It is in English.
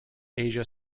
asia